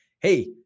hey